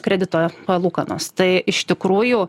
kredito palūkanos tai iš tikrųjų